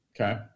Okay